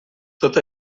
tot